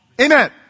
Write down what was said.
Amen